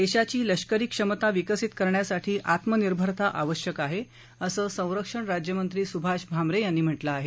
देशाची लष्करी क्षमता विकसित करण्यासाठी आत्मनिर्भरता आवश्यक आहे असं संरक्षण राज्यमंत्री सुभाष भामरे यांनी म्हटलं आहे